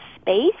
space